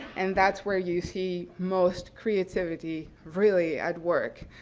and that's where you see most creativity really at work.